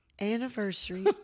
anniversary